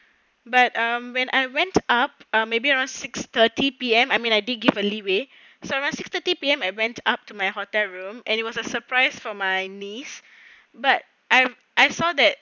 but um when I went up or maybe around six thirty P_M I mean I did give a leeway so around six thirty P_M I went up to my hotel room and it was a surprise for my niece but I I saw that